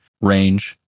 range